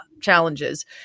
challenges